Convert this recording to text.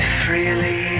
freely